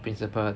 principal